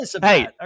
hey